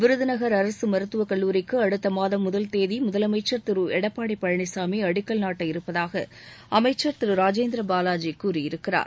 விருதுநகர் அரசு மருத்துவக் கல்லூரிக்கு அடுத்த மாதம் முதல் தேதி முதலமைச்சர் திரு எடப்பாடி பழனிசாமி அடிக்கல்நாட்ட இருப்பதாக அமைச்சர் திரு ராஜேந்திர பாவாஜி கூறியிருக்கிறார்